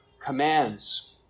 commands